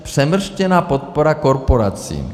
Přemrštěná podpora korporací.